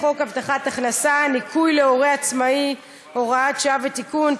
חוק הבטחת הכנסה (ניכוי להורה עצמאי) (הוראת שעה ותיקון),